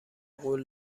قول